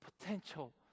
potential